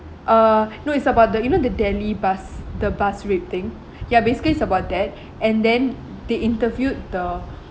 uh no it's about the you know the delhi bus the bus rape thing ya basically it's about that and then they interviewed the